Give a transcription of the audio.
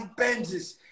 benzes